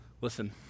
Listen